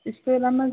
स्कुला मोजां